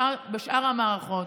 בשאר המערכות.